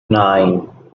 nine